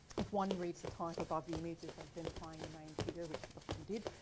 if one reads the title by the images identifying the main figure which it often did